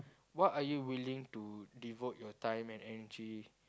what are you willing to devote your time and energy